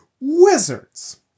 Wizards